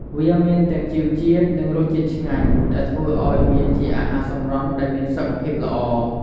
វាមានទាំងជីវជាតិ និងរសជាតិឆ្ងាញ់ ដែលធ្វើឱ្យវាជាអាហារសម្រន់ដែលមានសុខភាពល្អ ។